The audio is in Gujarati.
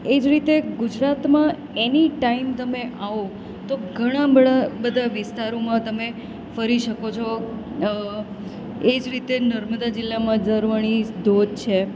એ જ રીતે ગુજરાતમાં એની ટાઈમ તમે આવો તો ઘણાં બડા બધાં વિસ્તારોમાં તમે ફરી શકો છો એ જ રીતે નર્મદા જિલ્લામાં જર્મણી ધોધ છે